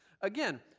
Again